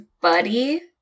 buddy